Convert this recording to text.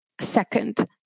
second